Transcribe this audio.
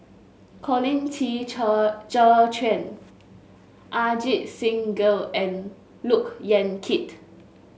Colin Qi Zhe Quan Ajit Singh Gill and Look Yan Kit